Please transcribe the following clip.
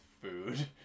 food